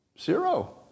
Zero